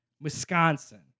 Wisconsin